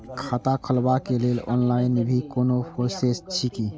खाता खोलाबक लेल ऑनलाईन भी कोनो प्रोसेस छै की?